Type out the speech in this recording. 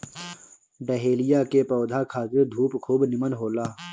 dahlia के पौधा खातिर धूप खूब निमन होला